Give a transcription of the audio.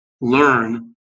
learn